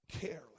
careless